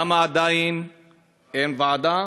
1. למה עדיין אין ועדה?